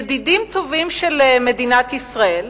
ידידים טובים של מדינת ישראל,